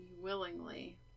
Willingly